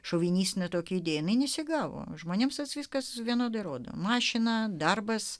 šovinistinę tokią idėją jinai nesigavo žmonėms tas viskas vienodai rodo mašiną darbas